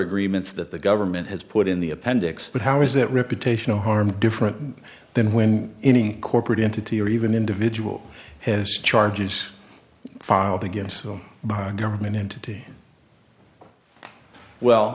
agreements that the government has put in the appendix but how is that reputational harm different than when any corporate entity or even individual has charges filed against so government entity well